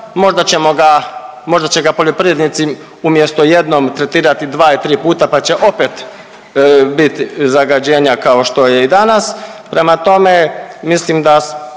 možda ćemo ga, možda će ga poljoprivrednici umjesto jednom tretirati 2 i 3 puta pa će opet biti zagađenja kao što je i danas, prema tome, mislim da,